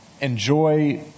enjoy